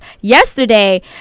yesterday